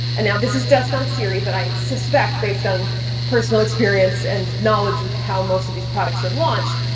and now, this is just on siri, but i suspect based on personal experience, and knowledge of how most of these products are launched,